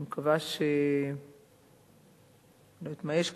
אני לא יודעת מה יש כאן,